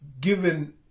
given